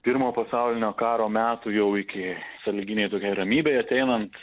pirmo pasaulinio karo metų jau iki sąlyginai tokiai ramybei ateinant